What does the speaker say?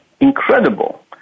incredible